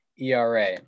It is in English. ERA